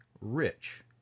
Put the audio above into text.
rich